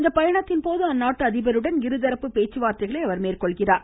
இந்த பயணத்தின்போது அந்நாட்டு அதிபருடன் இருதரப்பு பேச்சுவார்த்தைகளை அவர் மேற்கொள்கிறார்